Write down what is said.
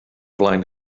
flaen